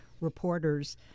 reporters